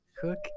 Cook